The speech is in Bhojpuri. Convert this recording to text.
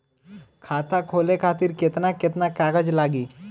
खाता खोले खातिर केतना केतना कागज लागी?